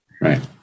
Right